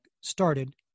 started